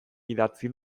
idatzi